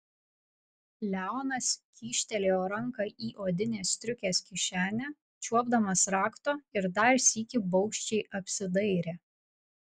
leonas kyštelėjo ranką į odinės striukės kišenę čiuopdamas rakto ir dar sykį baugščiai apsidairė